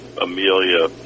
Amelia